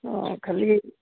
অঁ খালি